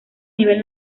nivel